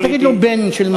אל תגיד לו בן של מה.